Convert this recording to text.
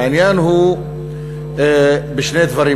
העניין הוא בשני דברים,